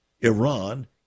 Iran